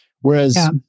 Whereas